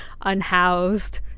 unhoused